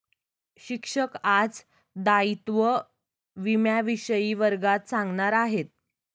शिक्षक आज दायित्व विम्याविषयी वर्गात सांगणार आहेत